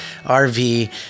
RV